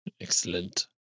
Excellent